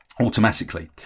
automatically